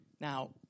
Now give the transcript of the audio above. Now